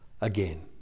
again